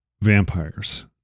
vampires